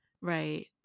Right